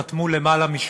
את הצעת החוק הזאת,